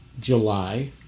July